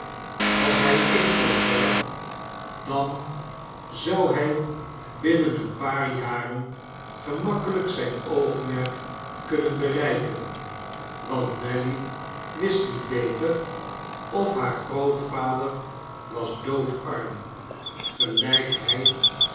was hij eens zoo ver dan zou hij binnen een paar jaren gemakkelijk zijn oogmerk kunnen bereiken want nelly wist niet beter of haar grootvader was doodarm